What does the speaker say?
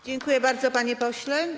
Dziękuję bardzo, panie pośle.